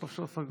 טוב שלא סגרו.